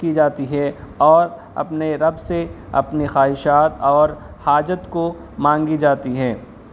کی جاتی ہے اور اپنے رب سے اپنے خواہشات اور حاجت کو مانگی جاتی ہے